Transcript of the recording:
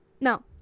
Now